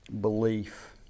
belief